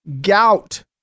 Gout